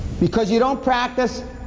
because you don't practice.